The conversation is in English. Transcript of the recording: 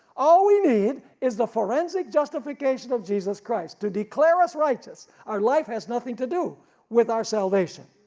all we need is the forensic justification of jesus christ to declare us righteous, our life has nothing to do with our salvation.